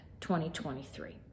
2023